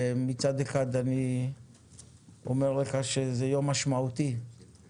אני אומר לך שזה יום משמעותי בכך